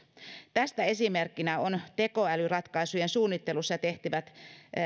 tästä esimerkkinä on tekoälyratkaisujen suunnittelussa tehtävät